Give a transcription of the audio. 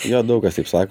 jo daug kas taip sako